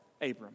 Abram